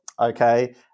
okay